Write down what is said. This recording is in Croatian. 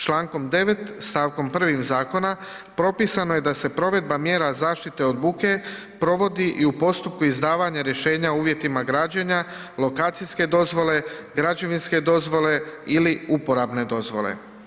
Čl. 9.st. 1. Zakona propisano je da se provedba mjera zaštite od buke provodi i u postupku izdavanja rješenja o uvjetima građenja, lokacijske dozvole, građevinske dozvole ili uporabne dozvole.